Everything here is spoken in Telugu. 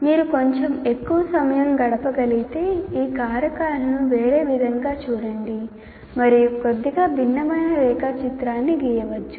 మీరు కొంచెం ఎక్కువ సమయం గడపగలిగితే ఈ కారకాలను వేరే విధంగా చూడండి మరియు కొద్దిగా భిన్నమైన రేఖాచిత్రాన్ని గీయవచ్చు